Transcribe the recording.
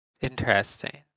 Interesting